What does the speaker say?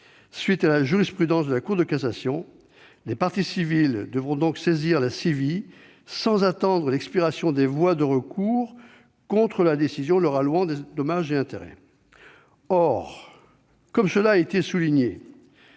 cette jurisprudence, les parties civiles doivent donc saisir la CIVI sans attendre l'expiration des voies de recours contre la décision leur allouant des dommages et intérêts. Or, comme cela a été souligné,